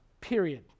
period